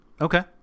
okay